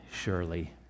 surely